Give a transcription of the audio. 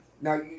Now